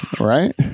right